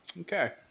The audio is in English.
Okay